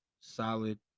solid